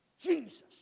Jesus